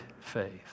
faith